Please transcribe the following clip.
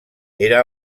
era